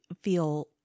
feel